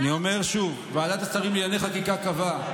אני אומר שוב: ועדת השרים לענייני חקיקה קבעה,